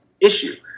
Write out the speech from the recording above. issue